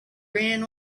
ran